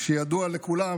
שידוע לכולם,